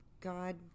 God